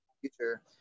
future